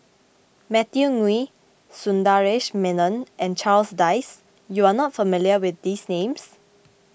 Matthew Ngui Sundaresh Menon and Charles Dyce you are not familiar with these names